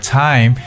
time